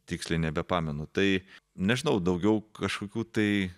tiksliai nebepamenu tai nežinau daugiau kažkokių tai